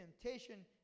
temptation